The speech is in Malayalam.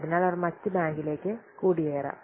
അതിനാൽ അവർ മറ്റ് ബാങ്കിലേക്ക് കുടിയേറാം